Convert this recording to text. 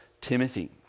Timothy